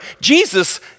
Jesus